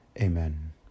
Amen